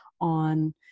on